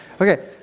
Okay